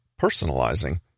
personalizing